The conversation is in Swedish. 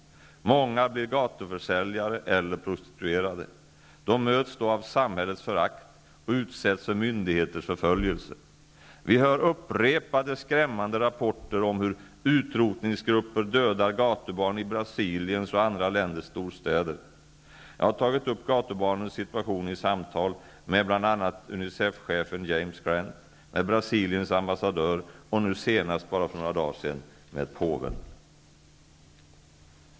Många blir gatuförsäljare eller prostituerade. De möts då av samhällets förakt och utsätts för myndigheters förföljelse. Vi hör upprepade, skrämmande rapporter om hur ''utrotningsgrupper'' dödar gatubarn i Brasiliens och andra länders storstäder. Jag har tagit upp gatubarnens situation i samtal med bl.a. Unicef-chefen James Grant, med Brasiliens ambassadör och nu senast bara för några dagar sedan med påven.